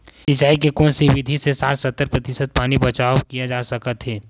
सिंचाई के कोन से विधि से साठ सत्तर प्रतिशत पानी बचाव किया जा सकत हे?